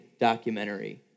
documentary